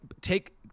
take